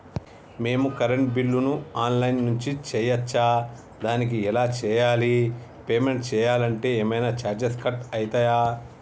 మేము కరెంటు బిల్లును online నుంచి చేయచ్చా? దానికి ఎలా చేయాలి? పేమెంట్ చేయాలంటే ఏమైనా చార్జెస్ కట్ అయితయా?